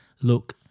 Look